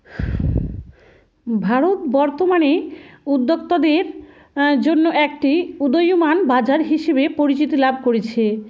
ভারত বর্তমানে উদ্যোক্তাদের জন্য একটি উদীয়মান বাজার হিসেবে পরিচিতি লাভ করেছে